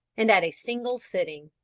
and at a single sitting.